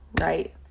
right